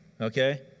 Okay